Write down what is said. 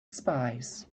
spies